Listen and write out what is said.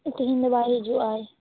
ᱛᱮᱦᱮᱧ ᱫᱚ ᱵᱟᱭ ᱦᱤᱡᱩᱜ ᱟᱭ